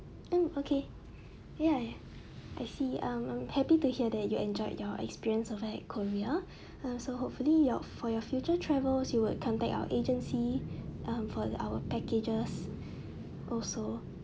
hmm okay ya ya I see um I'm happy to hear that you enjoyed your experience of at korea um so hopefully you'll for your future travels you will contact our agency um for our packages also